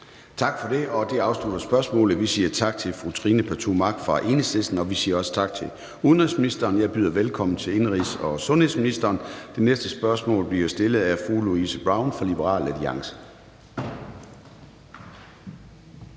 Tak for det, og det afslutter spørgsmålet. Vi siger tak til fru Trine Pertou Mach fra Enhedslisten, og vi siger også tak til udenrigsministeren. Jeg byder velkommen til indenrigs- og sundhedsministeren, og det næste spørgsmål bliver stillet af fru Louise Brown fra Liberal Alliance.